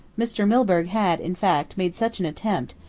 mr. milburgh had, in fact, made such an attempt,